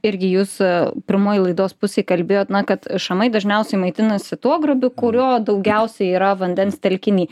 irgi jūs pirmoj laidos pusėj kalbėjot na kad šamai dažniausiai maitinasi tuo grobiu kurio daugiausiai yra vandens telkiny